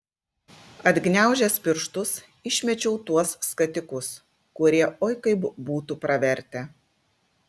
atgniaužęs pirštus išmečiau tuos skatikus kurie oi kaip būtų pravertę